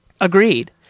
Agreed